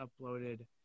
uploaded